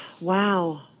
Wow